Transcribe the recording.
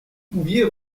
pouviez